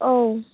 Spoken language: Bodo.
औ